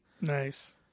Nice